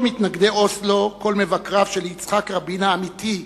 כל מתנגדי אוסלו, כל מבקריו של יצחק רבין האמיתי,